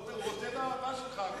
אקוניס, הוא רוצה את המפה שלך.